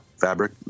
fabric